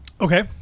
Okay